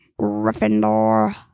Gryffindor